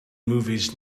movies